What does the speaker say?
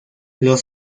los